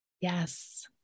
Yes